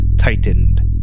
tightened